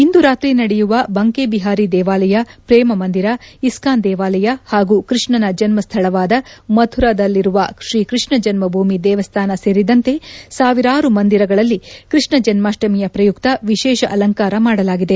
ಇಂದು ರಾತ್ರಿ ನಡೆಯುವ ಬಂಕೆ ಬಿಹಾರಿ ದೇವಾಲಯ ಶ್ರೇಮಮಂದಿರ ಇಸ್ನಾನ್ ದೇವಾಲಯ ಹಾಗೂ ಕೈಕ್ಷನ ಜನ್ಹಹಳವಾದ ಮಥುರಾದಲ್ಲಿರುವ ಶ್ರೀಕೃಷ್ಣ ಜನ್ನಭೂಮಿ ದೇವಸ್ಥಾನ ಸೇರಿದಂತೆ ಸಾವಿರಾರು ಮಂದಿರಗಳಲ್ಲಿ ಕೃಷ್ಣಾಷ್ಲಮಿಯ ಪ್ರಯುಕ್ತ ವಿಶೇಷ ಅಲಂಕಾರ ಮಾಡಲಾಗಿದೆ